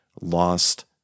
lost